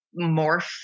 morph